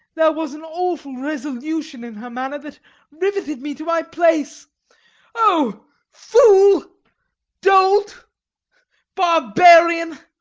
there was an awful resolution in her manner, that riveted me to my place o fool dolt barbarian!